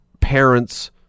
parent's